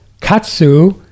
Katsu